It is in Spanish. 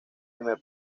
primer